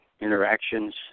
interactions